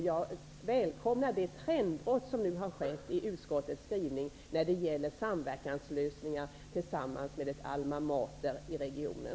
Jag välkomnar det trendbrott som nu har skett i utskottets skrivning när det gäller samverkanslösningar tillsammans med ett alma mater i regionen.